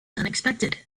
unexpected